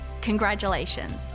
congratulations